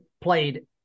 played